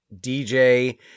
DJ